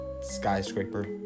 skyscraper